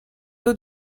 eaux